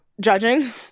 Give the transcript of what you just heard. Judging